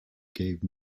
gave